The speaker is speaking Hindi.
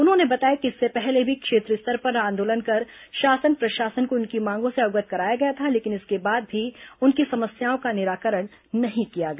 उन्होंने बताया कि इससे पहले भी क्षेत्रीय स्तर पर आंदोलन कर शासन प्रशासन को उनकी मांगों से अवगत कराया गया था लेकिन इसके बाद भी उनकी समस्याओं का निराकरण नहीं किया गया